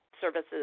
services